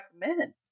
recommend